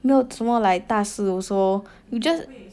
没有什么 like 大事 also you just